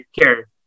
care